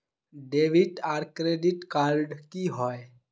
Debit आर credit card की होय?